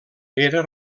era